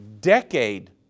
decade